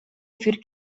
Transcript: für